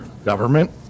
government